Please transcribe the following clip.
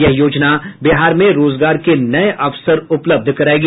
यह योजना बिहार में रोजगार के नए अवसर उपलब्ध करायेगी